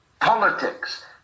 politics